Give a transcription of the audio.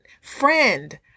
friend